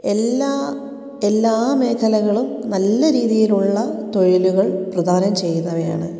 എല്ലാ എല്ലാ മേഖലകളും നല്ല രീതിയിലുള്ള തൊഴിലുകൾ പ്രധാനം ചെയ്യുന്നവയാണ്